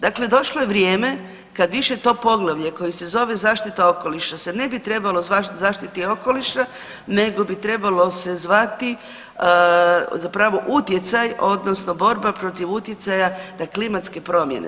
Dakle, došlo je vrijeme kad više to poglavlje koje se zove zaštita okoliša se ne bi trebalo zvati zaštita okoliša, nego bi trebalo se zvati zapravo utjecaj, odnosno borba protiv utjecaja na klimatske promjene.